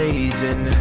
Amazing